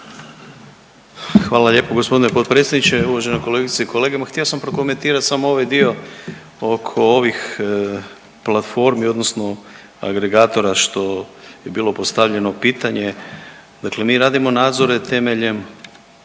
Hvala lijepo g. potpredsjedniče. Uvažene kolegice i kolege. Ma htio sam prokomentirati samo ovaj dio oko ovih platformi odnosno agregatora što je bilo postavljeno pitanje. Dakle, mi radimo nadzore temeljem